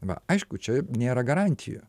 va aišku čia nėra garantijų